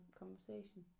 conversation